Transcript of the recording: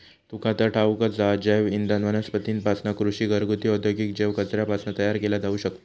तुका तर ठाऊकच हा, जैवइंधन वनस्पतींपासना, कृषी, घरगुती, औद्योगिक जैव कचऱ्यापासना तयार केला जाऊ शकता